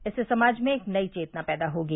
इससे समाज में एक नई चेतना पैदा होगी